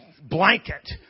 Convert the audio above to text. blanket